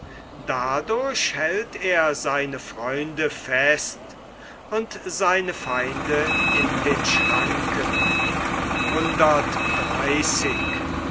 dadurch hält er seine freunde fest und seine feinde in den schranken